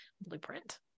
blueprint